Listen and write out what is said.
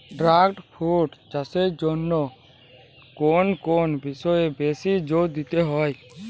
Dragon fruit চাষের জন্য কোন কোন বিষয়ে বেশি জোর দিতে হয়?